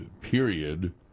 period